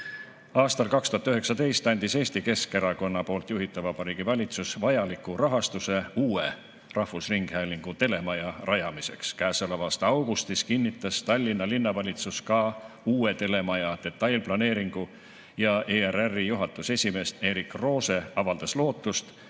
Aastal 2019 andis Eesti Keskerakonna juhitud Vabariigi Valitsus vajaliku rahastuse uue rahvusringhäälingu telemaja rajamiseks. Käesoleva aasta augustis kinnitas Tallinna Linnavalitsus ka uue telemaja detailplaneeringu ja ERR‑i juhatuse esimees Erik Roose avaldas lootust,